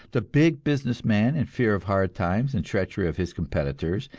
the big business man in fear of hard times and treachery of his competitors,